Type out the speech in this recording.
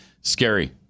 scary